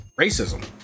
racism